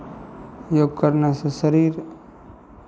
योग करनेसँ शरीर